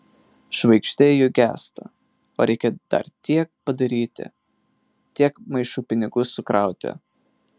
žvaigždė juk gęsta o reikia dar tiek padaryti tiek daug maišų pinigų sukrauti